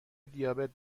دیابت